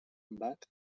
back